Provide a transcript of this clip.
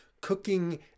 cooking